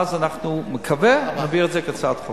ואז אנחנו, אני מקווה, נעביר את זה כהצעת חוק.